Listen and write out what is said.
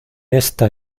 esta